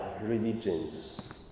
religions